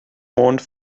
mond